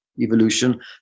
evolution